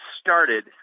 started